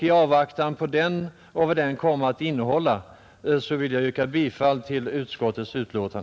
I avvaktan på vad den kommer att innehålla vill jag yrka bifall till utskottets hemställan.